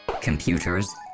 Computers